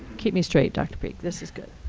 keep me straight, dr peak. this is good.